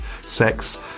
sex